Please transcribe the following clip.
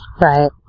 Right